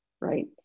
right